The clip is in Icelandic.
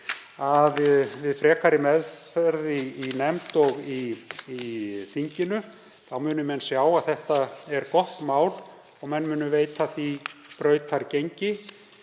að við frekari meðferð í nefnd og í þinginu muni menn sjá að þetta er gott mál og menn munu veita því brautargengi.